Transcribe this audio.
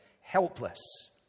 helpless